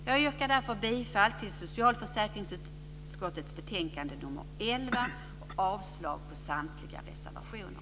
Jag yrkar bifall till förslaget i socialförsäkringsutskottets betänkande 11 och avslag på samtliga reservationer.